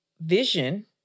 vision